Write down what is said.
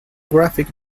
graphics